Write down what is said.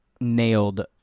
nailed